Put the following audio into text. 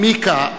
מיקה,